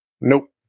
Nope